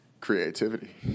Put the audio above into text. creativity